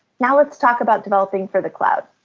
now, let's talk about developing for the cloud.